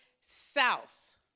south